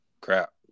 crap